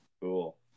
Cool